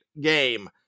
game